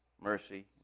mercy